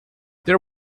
there